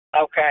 Okay